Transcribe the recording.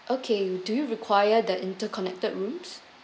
okay do you require the interconnected rooms